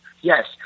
Yes